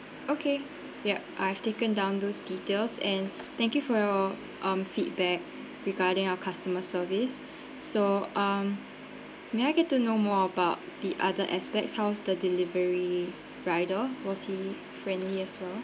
okay ya I've taken down those details and thank you for your um feedback regarding our customer service so um may I get to know more about the other aspects how's the delivery rider was he friendly as well